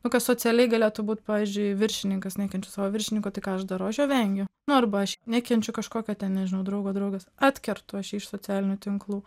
nu kas socialiai galėtų būt pavyzdžiui viršininkas nekenčia savo viršininko tai ką aš darau aš jo vengiu nu arba aš nekenčiu kažkokio ten nežinau draugo draugės atkertu aš jį iš socialinių tinklų